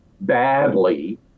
badly